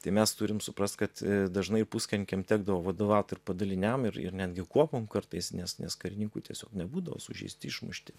tai mes turim suprast kad dažnai ir puskarininkiam tekdavo vadovaut ir padaliniam ir ir netgi kuopom kartais nes nes karininkų tiesiog nebūdavo sužeisti išmušti